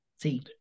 see